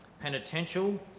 Penitential